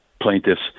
plaintiffs